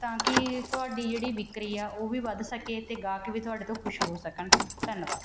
ਤਾਂ ਕਿ ਤੁਹਾਡੀ ਜਿਹੜੀ ਵਿਕਰੀ ਆ ਉਹ ਵੀ ਵੱਧ ਸਕੇ ਅਤੇ ਗਾਹਕ ਵੀ ਤੁਹਾਡੇ ਤੋਂ ਖੁਸ਼ ਹੋ ਸਕਣ ਧੰਨਵਾਦ